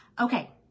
Okay